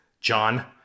John